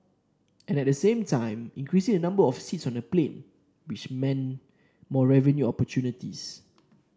and at the same time increasing the number of seats on the plane which meant more revenue opportunities